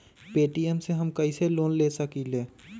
Paytm से हम कईसे लोन ले सकीले?